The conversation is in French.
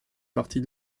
partie